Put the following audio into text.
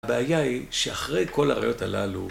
הבעיה היא שאחרי כל הראיות הללו